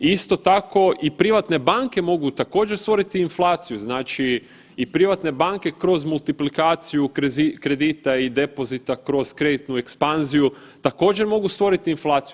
Isto tako i privatne banke mogu također stvoriti inflaciju, znači i privatne banke kroz multiplikaciju kredita i depozita kroz kreditnu ekspanziju također mogu stvoriti inflaciju.